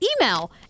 email